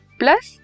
plus